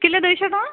kilo ଦୁଇଶହ ଟଙ୍କା